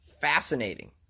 fascinating